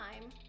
time